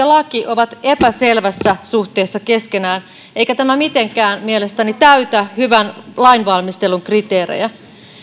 laki ovat epäselvässä suhteessa keskenään eikä tämä mitenkään mielestäni täytä hyvän lainvalmistelun kriteerejä